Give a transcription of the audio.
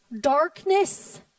darkness